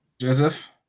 Joseph